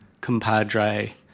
compadre